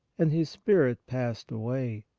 and his spirit passed away.